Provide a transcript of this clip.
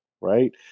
right